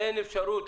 אין אפשרות